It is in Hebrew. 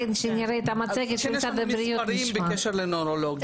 אז כן יש לנו מספרים בקשר לנוירולוגיה.